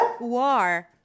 war